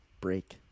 break